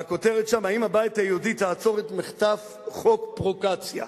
והכותרת שם: "האם הבית היהודי תעצור את מחטף חוק פרוקצ'יה?